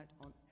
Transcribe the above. on